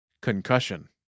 Concussion